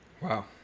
Wow